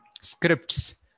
scripts